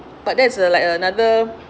but that's a like another